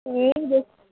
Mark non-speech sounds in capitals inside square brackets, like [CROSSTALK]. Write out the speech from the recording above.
নিয়েই [UNINTELLIGIBLE]